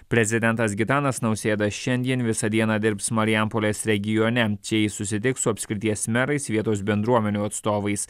prezidentas gitanas nausėda šiandien visą dieną dirbs marijampolės regione čia jis susitiks su apskrities merais vietos bendruomenių atstovais